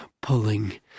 pulling